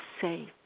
safe